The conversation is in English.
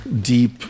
deep